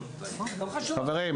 חברים,